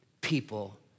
people